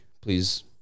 please